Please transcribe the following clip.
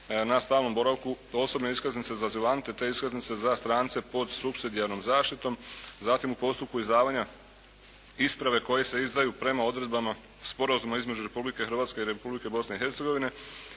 na stalnom boravku, osobne iskaznice za azilante te iskaznice za strance pod supsidijarnom zaštitom, zatim u postupku izdavanja isprave koje se izdaju prema odredbama Sporazuma između Republike Hrvatske i Republike Bosne i Hercegovine